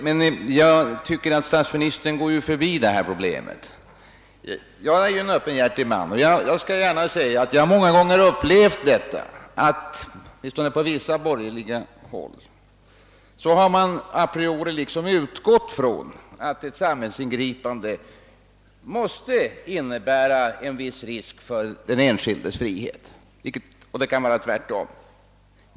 Men jag tycker att statsministern går förbi detta problem. Jag är en öppenhjärtig man och skall gärna säga att jag många gånger upplevt att man åtminstone på visst borgerligt håll har liksom a priori utgått från att ett samhällsingripande måste innebära en viss risk för den enskildes frihet — och det kan vara tvärtom.